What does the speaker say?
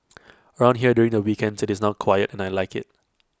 around here during the weekends IT is now quiet and I Like IT